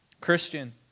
Christian